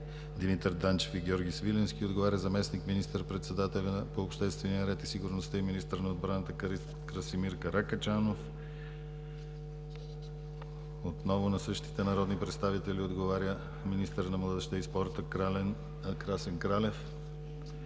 Димитър Данчев и Георги Свиленски отговаря заместник министър-председателят по обществения ред и сигурността и министър на отбраната Красимир Каракачанов. Отново на същите народни представители отговаря министърът на младежта и спорта Красен Кралев.